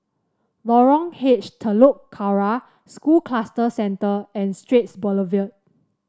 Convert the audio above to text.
Lorong H Telok Kurau School Cluster Centre and Straits Boulevard